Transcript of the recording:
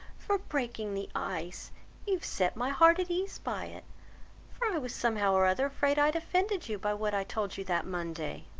for breaking the ice you have set my heart at ease by it for i was somehow or other afraid i had offended you by what i told you that monday.